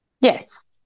Yes